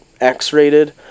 X-rated